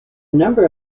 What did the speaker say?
number